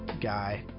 guy